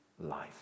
life